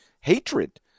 hatred